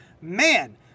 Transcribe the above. Man